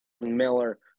Miller